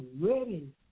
ready